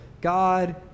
God